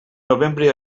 novembre